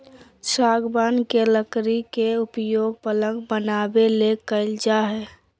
सागवान के लकड़ी के उपयोग पलंग बनाबे ले कईल जा हइ